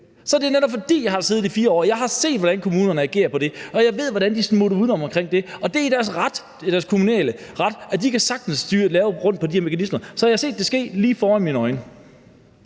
Så det er netop, fordi jeg har siddet der i 4 år. Jeg har set, hvordan kommunerne agerer på det, og jeg ved, hvordan de smutter uden om det. Det er deres kommunale ret, og de sagtens kan flytte rundt på de her mekanismer. Så jeg har set det ske lige foran mine øjne.